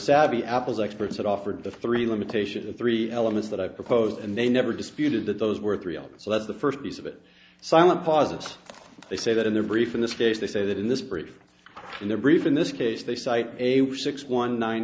savvy apple's experts had offered the three limitation of three elements that i proposed and they never disputed that those were three all so that's the first piece of it silent posits they say that in their brief in this case they say that in this brief in their brief in this case they cite a six one nine